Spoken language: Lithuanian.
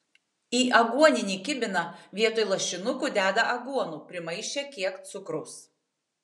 į aguoninį kibiną vietoj lašinukų deda aguonų primaišę kiek cukraus